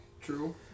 True